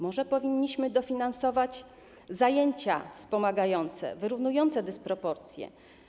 Może powinniśmy dofinansować zajęcia wspomagające, wyrównujące dysproporcje.